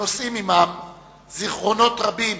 הנושאים עמם זיכרונות רבים